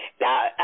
Now